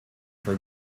for